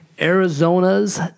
Arizona's